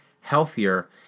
healthier